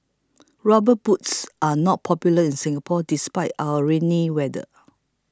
rubber boots are not popular in Singapore despite our rainy weather